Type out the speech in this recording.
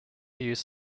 use